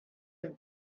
have